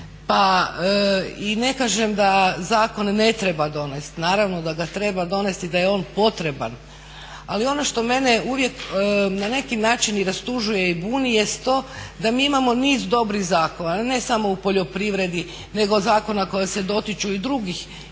Pa i ne kažem da zakon ne treba donesti, naravno da ga treba donesti i da je on potreban ali ono što mene uvijek na neki način i rastužuje i buni jest to da mi imamo niz dobrih zakona a ne samo u poljoprivredi nego zakona koji se dotiču i drugih isto